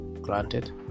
granted